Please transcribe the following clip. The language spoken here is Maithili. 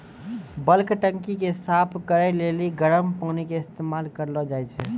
बल्क टंकी के साफ करै लेली गरम पानी के इस्तेमाल करलो जाय छै